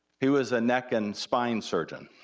he was a neck and spine surgeon.